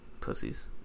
Pussies